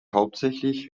hauptsächlich